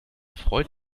freut